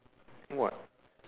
what